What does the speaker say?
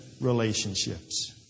relationships